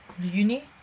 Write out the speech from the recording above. uni